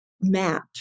map